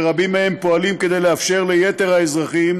ורבים מהם פועלים כדי לאפשר ליתר האזרחים